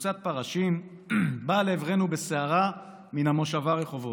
קבוצת פרשים באה לעברנו בסערה מן המושבה רחובות.